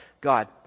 God